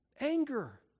Anger